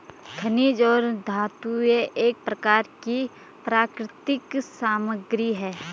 खनिज और धातुएं एक प्रकार की प्राकृतिक सामग्री हैं